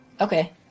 Okay